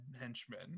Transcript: henchmen